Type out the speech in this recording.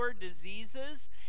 diseases